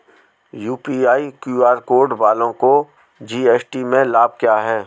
UPI QR code वालों को GST में लाभ क्या है?